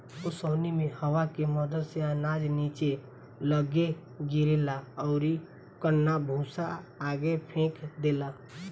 ओसौनी मे हवा के मदद से अनाज निचे लग्गे गिरेला अउरी कन्ना भूसा आगे फेंक देला